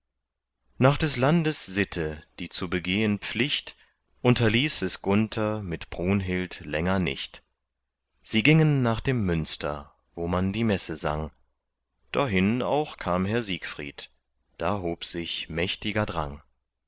nach des landes sitte die zu begehen pflicht unterließ es gunther mit brunhild länger nicht sie gingen nach dem münster wo man die messe sang dahin auch kam herr siegfried da hob sich mächtiger drang